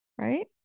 Right